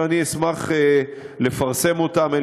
ואני אשמח לפרסם אותם.